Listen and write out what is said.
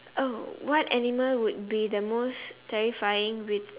oh what animal would be the most terrifying with